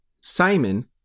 Simon